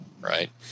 right